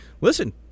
listen